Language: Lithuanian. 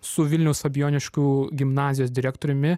su vilniaus fabijoniškių gimnazijos direktoriumi